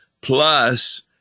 Plus